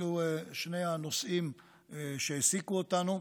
אלו הם שני הנושאים שהעסיקו אותנו.